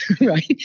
right